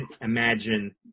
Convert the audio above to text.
imagine